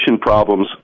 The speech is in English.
problems